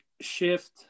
shift